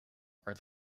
are